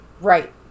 Right